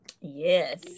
Yes